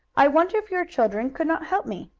i wonder if your children could not help me?